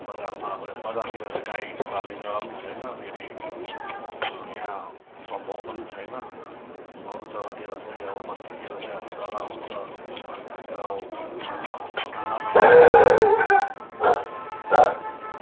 बजारमा अब बजारतिर त गाई पाल्ने जग्गा पनि हुँदैन फेरि यहाँ सम्भव पनि छैन अरू जग्गातिर चाहिँ अब बस्तीतिर चाहिँ अब जग्गा हुन्छ तर ठन्डा